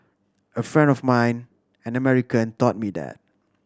a friend of mine an American taught me that